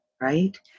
right